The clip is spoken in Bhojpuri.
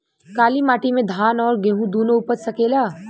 काली माटी मे धान और गेंहू दुनो उपज सकेला?